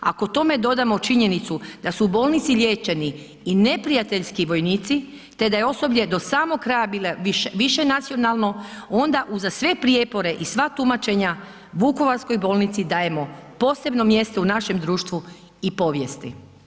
Ako tome dodamo činjenicu da su u bolnici liječeni i neprijateljski vojnici, te da je osoblje do samog kraja bilo višenacionalno, onda uza sve prijepore i sva tumačenja, vukovarskoj bolnici dajemo posebno mjesto u našem društvu i povijesti.